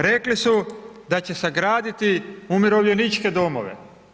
Rekli su da će sagraditi umirovljeničke domove.